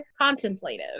contemplative